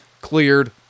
cleared